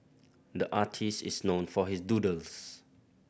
the artist is known for his doodles